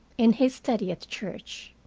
in his study at the church.